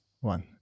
one